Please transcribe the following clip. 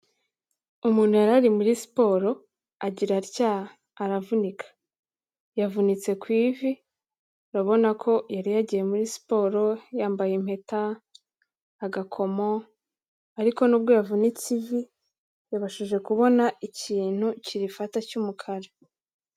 Umuntu yari ari muri siporo agira atya aravunika. Yavunitse ku ivi, urabona ko yari yagiye muri siporo, yambaye impeta, agakomo, ariko nubwo yavunitse ivi, yabashije kubona ikintu kirifata cy'umukara.